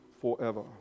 forever